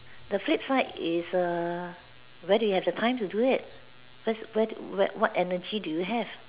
the flip side is err where do you have the time to do it where's where where what energy do you have